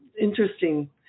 interesting